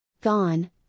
Gone